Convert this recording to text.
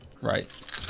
Right